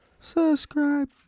subscribe